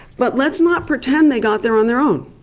but let's not pretend they got there on their own.